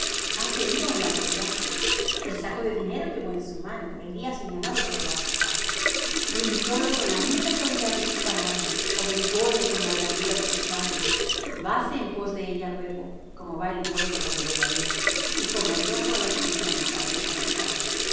hase ido á un largo viaje el saco de dinero llevó en su mano el día señalado volverá á su casa rindiólo con la mucha suavidad de sus palabras obligóle con la blandura de sus labios vase en pos de ella luego como va el buey al degolladero y como el loco á las prisiones para ser castigado